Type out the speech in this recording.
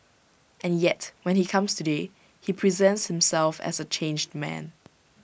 and yet when he comes today he presents himself as A changed man